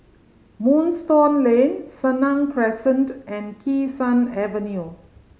Moonstone Lane Senang Crescent and Kee Sun Avenue